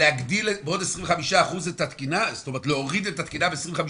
להגדיל את התקינה בעוד 25% ,כלומר להוריד את התקינה ב-25%?